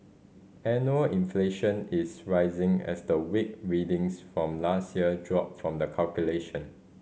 annual inflation is rising as the weak readings from last year drop from the calculation